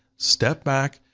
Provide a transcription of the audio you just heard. step back,